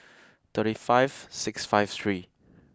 thirty five six five three